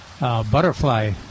butterfly